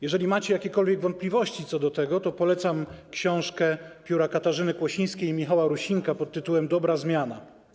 Jeżeli macie jakiekolwiek wątpliwości co do tego, to polecam książkę pióra Katarzyny Kłosińskiej i Michała Rusinka pt. „Dobra zmiana”